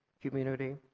community